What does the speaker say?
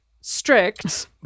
strict